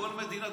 בכל מדינה,